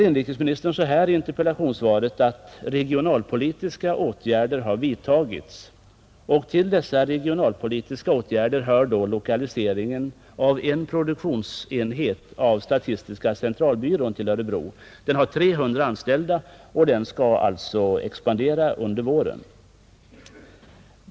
Inrikesministern säger i interpellationssvaret att regionalpolitiska åtgärder har vidtagits, och till dessa hör lokaliseringen till Örebro av en produktionsenhet av statistiska centralbyrån. Den har 300 anställda och skall expandera under de närmaste åren.